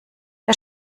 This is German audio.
der